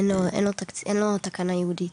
אין לו תקנה ייעודית.